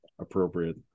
appropriate